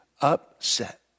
upset